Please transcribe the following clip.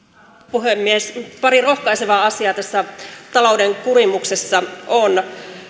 puhemies pari rohkaisevaa asiaa tässä talouden kurimuksessa on